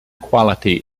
quality